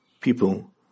people